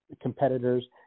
competitors